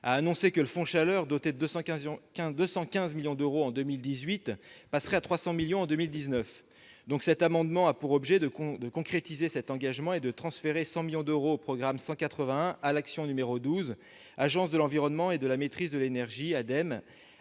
a annoncé que le Fonds chaleur, doté de 215 millions d'euros en 2018, passerait à 300 millions en 2019. Cet amendement a pour objet de concrétiser cet engagement et de transférer 100 millions d'euros, au sein du programme 181, à l'action n° 12, Agence de l'environnement et de la maîtrise de l'énergie, afin